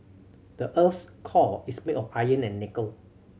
the earth's core is made of iron and nickel